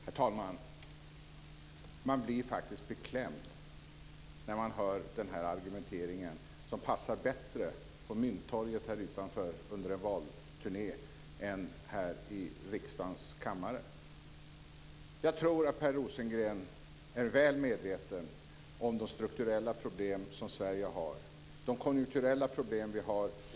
Herr talman! Man blir faktiskt beklämd när man hör den här argumenteringen som passar bättre på Mynttorget här utanför under en valturné än här i riksdagens kammare. Jag tror att Per Rosengren är väl medveten om de strukturella problem som Sverige har, de konjunkturella problem vi har.